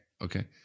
okay